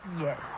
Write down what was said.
Yes